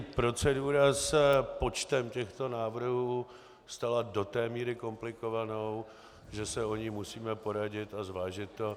Procedura s počtem těchto návrhů se stala do té míry komplikovanou, že se o ní musíme poradit a zvážit to.